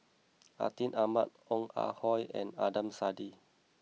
Atin Amat Ong Ah Hoi and Adnan Saidi